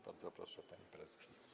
Bardzo proszę, pani prezes.